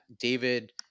David